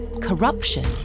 corruption